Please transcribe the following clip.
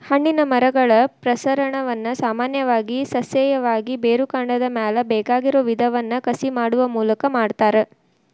ಹಣ್ಣಿನ ಮರಗಳ ಪ್ರಸರಣವನ್ನ ಸಾಮಾನ್ಯವಾಗಿ ಸಸ್ಯೇಯವಾಗಿ, ಬೇರುಕಾಂಡದ ಮ್ಯಾಲೆ ಬೇಕಾಗಿರೋ ವಿಧವನ್ನ ಕಸಿ ಮಾಡುವ ಮೂಲಕ ಮಾಡ್ತಾರ